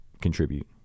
contribute